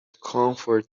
comfort